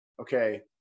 okay